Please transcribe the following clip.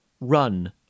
run